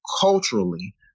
culturally